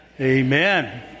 amen